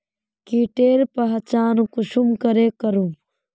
कीटेर पहचान कुंसम करे करूम?